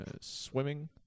Swimming